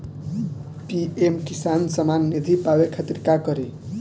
PM Kisan Samman Nidhi पावे खातिर का करी?